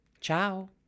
ciao